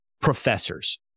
Professors